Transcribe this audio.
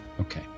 Okay